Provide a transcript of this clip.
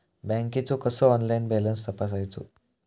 बँकेचो कसो online balance तपासायचो?